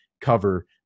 cover